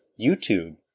YouTube